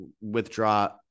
withdraw